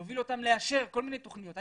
להוביל אותם לאשר כל מיני תוכניות.